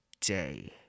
day